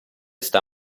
sta